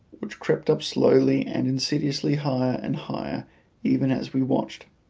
which crept up slowly and insidiously higher and higher even as we watched.